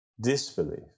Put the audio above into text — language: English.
disbelief